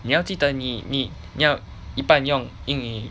你要记得你你你要一半用英语